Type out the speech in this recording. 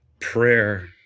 Prayer